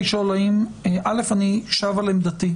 א', אני שב על עמדתי.